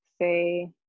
say